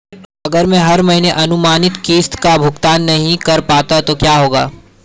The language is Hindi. अगर मैं हर महीने पूरी अनुमानित किश्त का भुगतान नहीं कर पाता तो क्या होगा?